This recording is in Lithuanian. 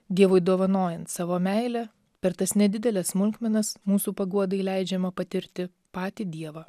dievui dovanojant savo meilę per tas nedideles smulkmenas mūsų paguodai leidžiama patirti patį dievą